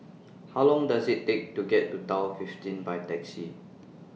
How Long Does IT Take to get to Tower fifteen By Taxi